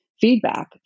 feedback